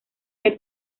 del